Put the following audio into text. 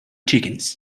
chickens